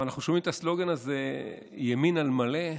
אנחנו שומעים את הסלוגן הזה, ימין על מלא,